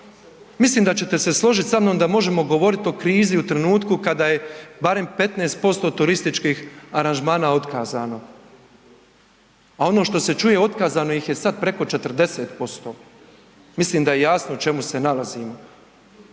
mislim da ćete se složit sa mnom da možemo govorit o krizi u trenutku kada je barem 15% turističkih aranžmana otkazano. A ono što se čuje otkazano ih je sad preko 40%. Mislim da je jasno u čemu se nalazimo.